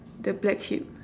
the black sheep